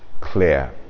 clear